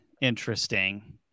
interesting